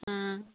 অঁ